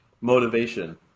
Motivation